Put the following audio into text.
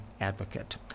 advocate